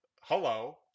Hello